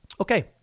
Okay